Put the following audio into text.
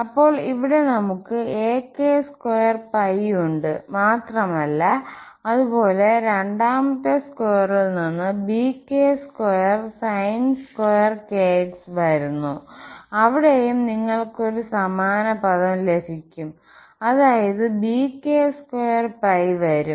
അപ്പോൾ ഇവിടെ നമുക് ak2 ഉണ്ട് മാത്രമല്ല അതുപോലെ രണ്ടാമത്തെ സ്ക്വയറിൽ നിന്ന്bk2 sin2 വരുന്നു അവിടെയും നിങ്ങൾക്കൊരു സമാന പദം ലഭിക്കും അതായത് bk2 വരും